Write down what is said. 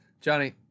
Johnny